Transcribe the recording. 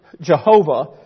Jehovah